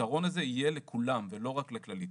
שהפתרון הזה היה רלוונטי לגבי כולן ולא רק לכללית.